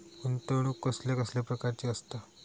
गुंतवणूक कसल्या कसल्या प्रकाराची असता?